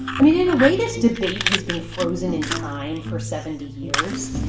i mean, in a way, this debate has been frozen in time for seventy years.